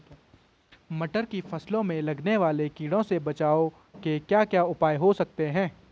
मटर की फसल में लगने वाले कीड़ों से बचाव के क्या क्या उपाय हो सकते हैं?